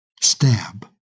Stab